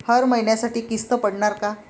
हर महिन्यासाठी किस्त पडनार का?